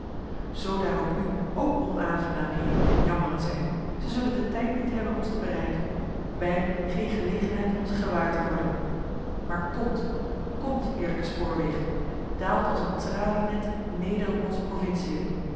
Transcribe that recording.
daar op u ook onaangenaamheden en jammeren zijn zij zullen den tijd niet hebben ons te bereiken wij geen gelegenheid om ze gewaar te worden maar komt komt heerlijke spoorwegen daalt als een tralie net neder op onze provinciën